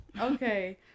okay